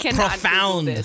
profound